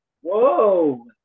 whoa